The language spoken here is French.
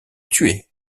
tués